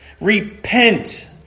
Repent